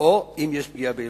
או אם יש פגיעה בילדים.